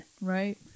Right